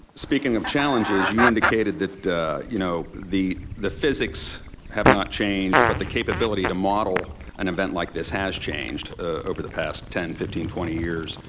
speaking of challenges, you indicated that you know the the physics have not changed, but the capability to model an event like this has changed over the past ten, fifteen, twenty years.